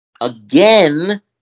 again